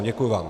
Děkuji vám.